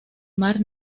mar